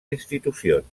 institucions